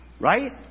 Right